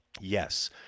yes